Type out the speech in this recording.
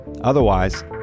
Otherwise